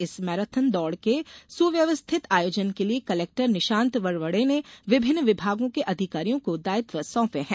इस मैराथन दौड़ के सुव्यवस्थित आयोजन के लिये कलेक्टर निशांत वरवड़े ने विभिन्न विभागों के अधिकारियों को विभिन्न दायित्व सौंपे है